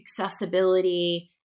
accessibility